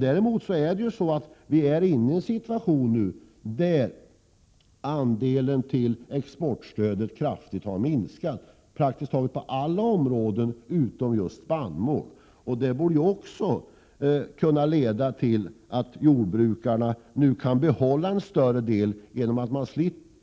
Däremot är vi nu inne i en situation där exportstödets andel har minskat på praktiskt taget alla områden utom just spannmål, och detta borde också kunna leda till att jordbrukarna nu kan behålla en större del genom att de